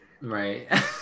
Right